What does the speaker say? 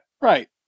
Right